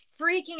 freaking